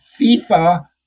FIFA